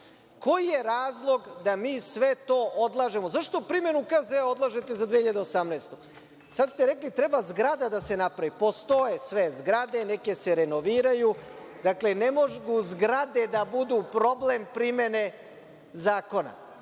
Koji je razlog da mi sve to odlažemo? Zašto primenom Krivičnog zakonika odlažete za 2018. godinu? Sada ste rekli - treba zgrada da se napravi. Postoje sve zgrade neke se renoviraju. Dakle, ne mogu zgrade da budu problem primene zakona. Vi